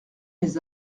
mes